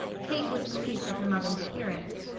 kate was pleased with her mother's appearance.